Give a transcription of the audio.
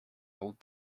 old